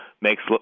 makes